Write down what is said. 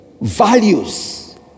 values